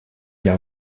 jahr